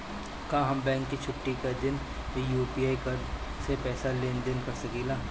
का हम बैंक के छुट्टी का दिन भी यू.पी.आई से पैसे का लेनदेन कर सकीले?